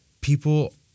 people